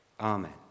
amen